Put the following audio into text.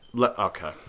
Okay